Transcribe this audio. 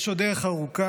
יש עוד דרך ארוכה,